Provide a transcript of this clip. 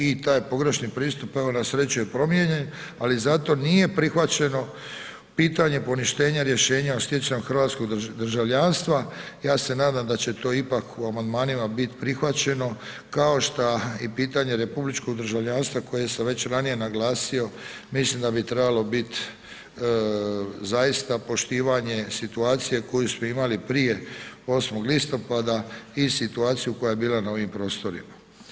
I taj pogrešni pristup evo na sreću je promijenjen ali zato nije prihvaćeno pitanje poništenja rješenja o stjecanju hrvatskog državljanstva, ja se nadam da će to ipak u amandmanima bit prihvaćeno kao šta je pitanje republičkog državljanstva koje sam već ranije naglasio, mislim da bi trebalo bit zaista poštovanje situacije koju smo imali prije 8. listopada i situaciju koja je bila na ovim prostorima.